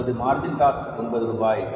நமது margin cost ஒன்பது ரூபாய்